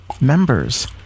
members